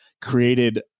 created